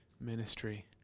ministry